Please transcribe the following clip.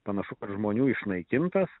panašu kad žmonių išnaikintas